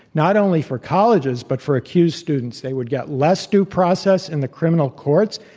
not only for colleges, but for accused students. they would get less due process in the criminal courts,